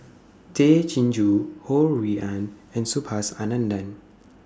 Tay Chin Joo Ho Rui An and Subhas Anandan